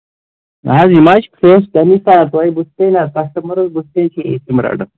نہ حظ یِم حظ چھ فریش تمہِ ساتہٕ تۄہہِ بٕتھۍ کٔنۍ کسٹمرس بٕتھۍ کنۍ چھِ أس یِم رٹان